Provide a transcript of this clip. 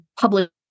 public